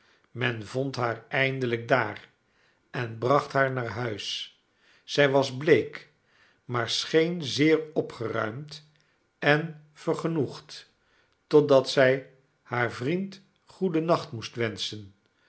men vond haar eindelijk daar en bracht haar naar huis zij was bleek maar scheen zeer opgeruimd en vergenoegd totdat zij haar vriend goeden nacht moest wenschen